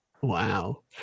Wow